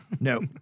No